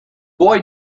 boy